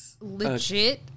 legit